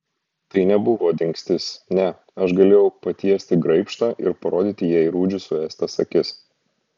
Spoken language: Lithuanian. tai nebuvo dingstis ne aš galėjau patiesti graibštą ir parodyti jai rūdžių suėstas akis